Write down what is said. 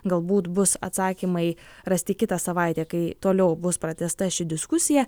galbūt bus atsakymai rasti kitą savaitę kai toliau bus pratęsta ši diskusija